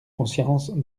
conscience